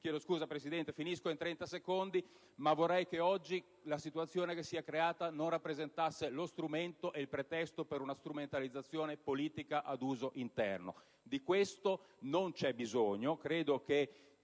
mosso certe critiche per tempo, tuttavia vorrei che oggi la situazione che si è creata non rappresentasse lo strumento e il pretesto per una strumentalizzazione politica ad uso interno. Di questo non c'è bisogno,